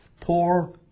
poor